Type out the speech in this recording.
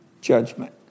judgment